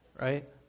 Right